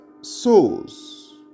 souls